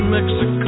Mexico